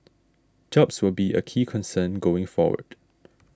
jobs will be a key concern going forward